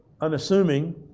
unassuming